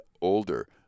older